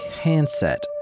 handset